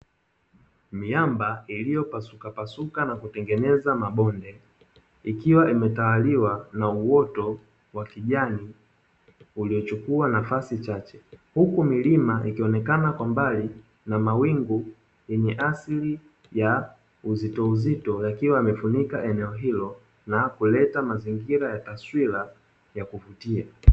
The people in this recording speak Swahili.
Miamba iliyopasukapasuka na kutengeneza mabonde, ikiwa imetawaliwa na uoto wa kijani uliochukua nafasi chache, huku milima ikionekana kwa mbali na mawingu yenye asili ya uzitouzito yakiwa yamefunika eneo hilo, na kuleta mazingira ya taswira ya kuvutia.